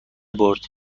برد